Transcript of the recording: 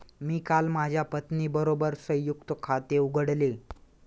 मी काल माझ्या पत्नीबरोबर संयुक्त खाते उघडले